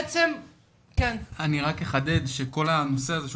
אני רק אחדד שכל הנושא הזה שהוא